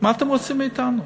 מה אתם רוצים מאתנו?